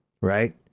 right